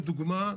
לדוגמה,